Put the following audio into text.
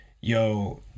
yo